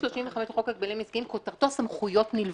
35 לחוק הגבלים עסקיים כותרתו סמכויות נלוות.